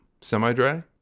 semi-dry